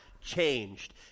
changed